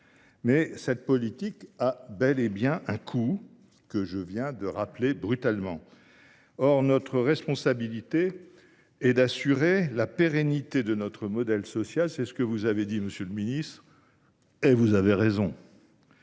Mais cette politique a bel et bien un coût, que je viens de rappeler brutalement. Or « notre responsabilité est d’assurer la pérennité de notre modèle social », avez vous indiqué, monsieur le ministre – vous avez raison.